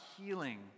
healing